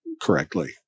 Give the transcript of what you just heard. correctly